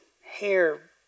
hair